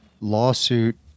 lawsuit